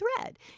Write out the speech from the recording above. thread